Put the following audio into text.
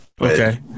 Okay